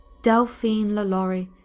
delphine lalaurie,